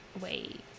Wait